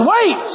wait